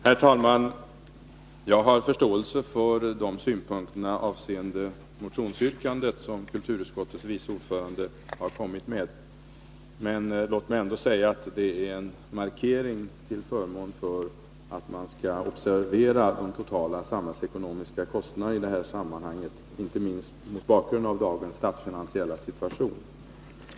Herr talman! Jag har förståelse för de synpunkter avseende motionsyrkandet som kulturutskottets vice ordförande har anfört. Låt mig ändå säga att det är en markering till förmån för att man skall observera de totala samhällsekonomiska kostnaderna i det här sammanhanget, inte minst mot bakgrund av dagens statsfinansiella situation.